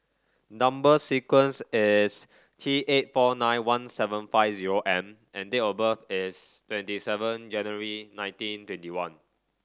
number sequence is T eight four nine one seven five zero M and date of birth is twenty seven January nineteen twenty one